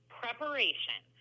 preparation